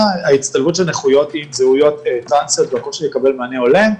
ההצטלבות של נכויות עם זהויות טרנסיות והקושי לקבל מענה הולם.